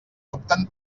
opten